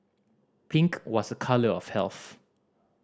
pink was a colour of health